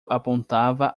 apontava